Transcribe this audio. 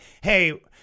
Hey